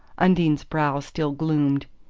undine's brow still gloomed.